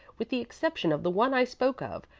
with the exception of the one i spoke of,